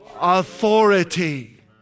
authority